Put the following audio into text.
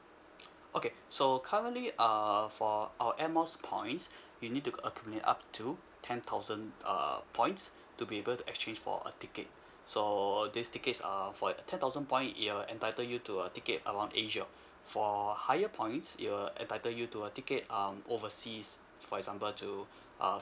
okay so currently uh for our air miles points you need to accumulate up to ten thousand uh points to be able to exchange for a ticket so these tickets are for ten thousand point it'll entitle you to a ticket around asia for higher points it'll entitle you to a ticket um overseas for example to uh